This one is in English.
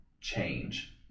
change